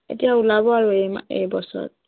এতিয়া ওলাব আৰু এই এইবছৰ